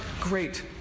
great